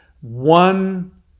one